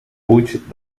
puig